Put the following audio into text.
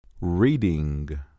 Reading